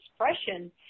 expression